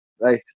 right